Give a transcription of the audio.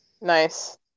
nice